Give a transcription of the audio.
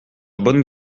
bonne